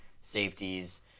safeties